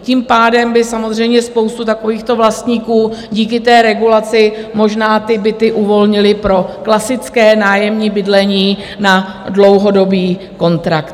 Tím pádem by samozřejmě spousta takovýchto vlastníků díky regulaci možná ty byty uvolnila pro klasické nájemní bydlení na dlouhodobý kontrakt.